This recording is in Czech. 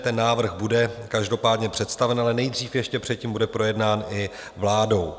Ten návrh bude každopádně představen, ale nejdřív ještě předtím bude projednán i vládou.